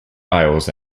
aisles